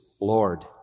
Lord